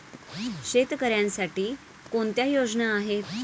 शेतकऱ्यांसाठी कोणत्या योजना आहेत?